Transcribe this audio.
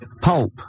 Pulp